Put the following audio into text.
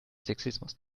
sexismus